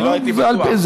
אני לא הייתי בטוח.